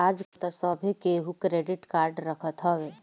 आजकल तअ सभे केहू क्रेडिट कार्ड रखत हवे